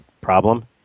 problem